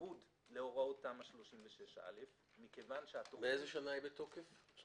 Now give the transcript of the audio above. בניגוד להוראות תמ"א 36א'. מאיזו שנה תמ"א 36א נמצאת בתוקף?